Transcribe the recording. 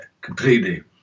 completely